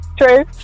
True